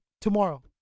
tomorrow